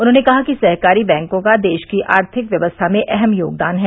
उन्होंने कहा कि सहकारी बैंकों का देश की आर्थिक व्यवस्था में अहम योगदान है